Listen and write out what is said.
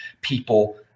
people